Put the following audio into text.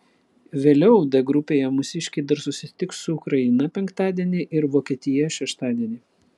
vėliau d grupėje mūsiškiai dar susitiks su ukraina penktadienį ir vokietija šeštadienį